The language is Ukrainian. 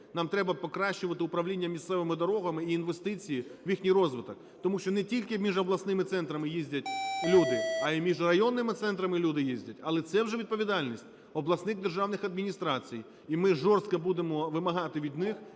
Нам треба покращувати управління місцевими дорогами і інвестиції в їх розвиток. Тому що не тільки між обласними центрами їздять люди, а і між районними центрами люди їздять, але це вже відповідальність обласних державних адміністрацій. І ми жорстко будемо вимагати від них